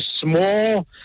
small